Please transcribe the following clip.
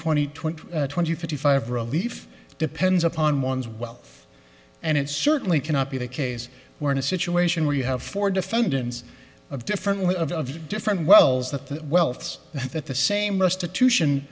twenty twenty fifty five relief depends upon one's wealth and it certainly cannot be the case we're in a situation where you have four defendants of differently of different wells the wealth that the same restitution